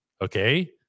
Okay